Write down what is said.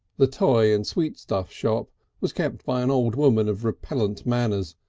the toy and sweetstuff shop was kept by an old woman of repellent manners,